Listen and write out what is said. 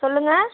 சொல்லுங்கள்